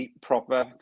proper